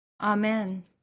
Amen